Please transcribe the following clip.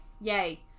Yay